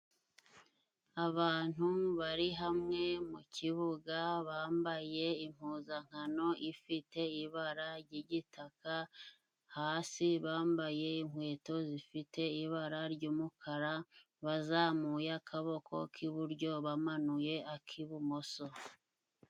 Abantu bari hamwe mu kibuga bambaye impuzankano ifite ibara ry'igitaka hasi bambaye inkweto zifite ibara ry'umukara bazamuye akaboko k'iburyo bamanuye ak'ibumoso.